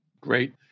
Great